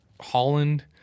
Holland